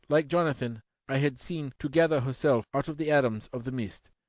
like jonathan i had seen to gather herself out of the atoms of the mist.